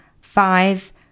Five